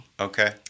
Okay